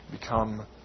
become